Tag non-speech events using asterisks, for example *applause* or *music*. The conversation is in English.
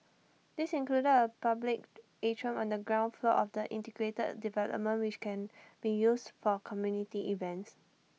these included A public *noise* atrium on the ground floor of the integrated development which can be used for community events